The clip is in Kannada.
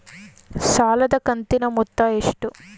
ಸಾಲದ ಕಂತಿನ ಮೊತ್ತ ಎಷ್ಟು?